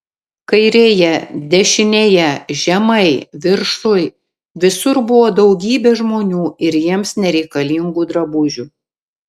kairėje dešinėje žemai viršuj visur buvo daugybė žmonių ir jiems nereikalingų drabužių